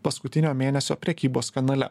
paskutinio mėnesio prekybos kanale